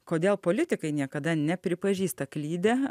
kodėl politikai niekada nepripažįsta klydę